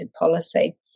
policy